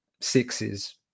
sixes